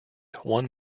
one